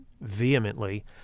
vehemently